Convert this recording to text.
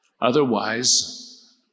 Otherwise